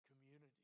community